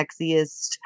sexiest